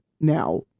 now